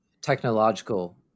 technological